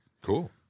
Cool